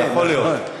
יכול להיות.